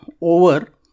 over